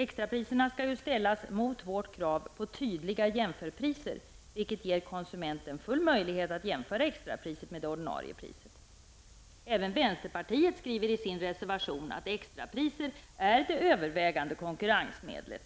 Extrapriserna skall ställas mot vårt krav på tydliga jämförpriser, vilket ger konsumenten full möjlighet att jämföra extrapriset med det ordinarie priset. Även vänsterpartiet skriver i sin reservation att extrapriser är det övervägande konkurrensmedlet.